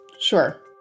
Sure